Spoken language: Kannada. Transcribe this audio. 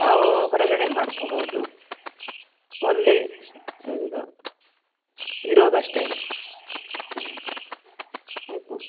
ತಾವೂ ಹೊರಗಡೆ ಮಾಡ್ಕೊಳ್ಬಹುದು ಓನ್ಲಿ ಇಂದ ಇರೋದು ಅಷ್ಟೇ ರೀ ಹ್ಞೂ ಆಯ್ತಾ